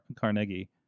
Carnegie